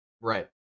Right